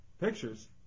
Pictures